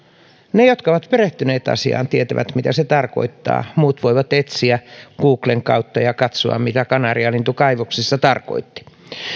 ne jotka ovat perehtyneet asiaan tietävät mitä se tarkoittaa muut voivat etsiä googlen kautta ja katsoa mitä kanarialintu kaivoksissa tarkoitti